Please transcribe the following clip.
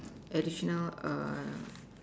additional err